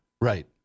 Right